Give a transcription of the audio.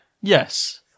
yes